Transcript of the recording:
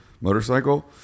motorcycle